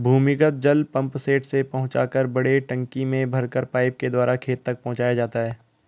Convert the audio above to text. भूमिगत जल पम्पसेट से पहुँचाकर बड़े टंकी में भरकर पाइप के द्वारा खेत तक पहुँचाया जाता है